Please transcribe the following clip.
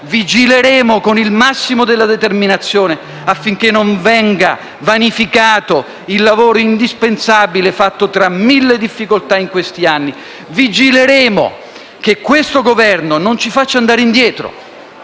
vigilando con il massimo della determinazione affinché non venga vanificato il lavoro indispensabile, fatto tra mille difficoltà, in questi anni. Vigileremo che questo Governo non ci faccia andare indietro,